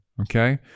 okay